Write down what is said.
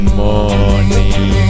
morning